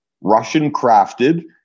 Russian-crafted